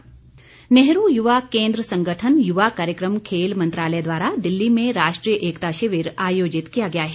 एकता शिविर नेहरू युवा केंद्र संगठन युवा कार्यक्रम खेल मंत्रालय द्वारा दिल्ली में राष्ट्रीय एकता शिविर आयोजित देश किया गया है